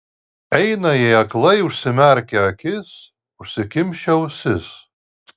eina jie aklai užmerkę akis užsikimšę ausis